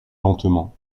lentement